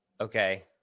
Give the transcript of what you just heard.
Okay